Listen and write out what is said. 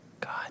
God